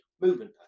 movement